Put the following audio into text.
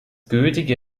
gültige